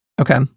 Okay